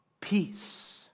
Peace